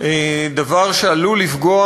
דבר שעלול לפגוע